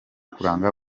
kuranga